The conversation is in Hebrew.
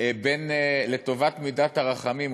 לטובת מידת הרחמים,